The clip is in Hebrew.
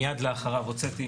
מיד לאחריו הוצאתי,